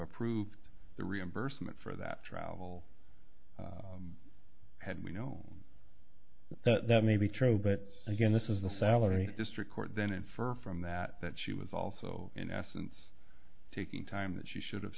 approved the reimbursement for that travel had we know that may be true but again this is the salary district court then infer from that that she was also in essence taking time that she should have